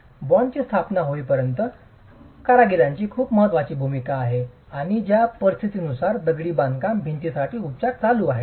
बॉण्डची स्थापना होईपर्यंत कारागिराची खूप महत्वाची भूमिका आहे आणि ज्या परिस्थितीनुसार दगडी बांधकाम भिंतीसाठी उपचार चालू आहेत